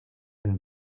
and